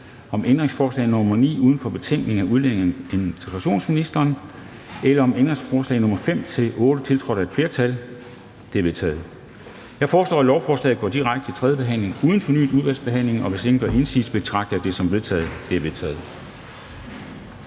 om ændringsforslag nr. 9 uden for betænkningen af udlændinge- og integrationsministeren eller om ændringsforslag nr. 5-8, tiltrådt af et flertal (udvalget med undtagelse af RV og EL)? De er vedtaget. Jeg foreslår, at lovforslaget går direkte til tredje behandling uden fornyet udvalgsbehandling, og hvis ingen gør indsigelse, betragter jeg det som vedtaget. Det er vedtaget.